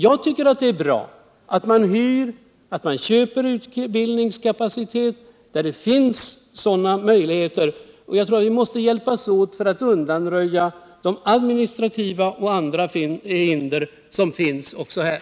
Jag tycker att det är bra att man hyr eller köper utbildningskapacitet där sådana möjligheter finns, och jag tror att vi måste hjälpas åt för att undanröja de administrativa och andra hinder som finns också här.